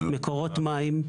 מקורות מים.